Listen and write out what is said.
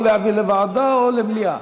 או להעביר לוועדה או למליאה?